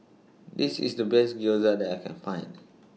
This IS The Best Gyoza that I Can Find